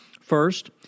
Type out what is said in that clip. First